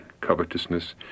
covetousness